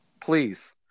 please